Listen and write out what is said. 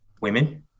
women